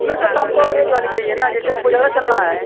नहीं सर तो हमको एवरेज वाली चाहिए न जैसे हमको ज़्यादा चलना है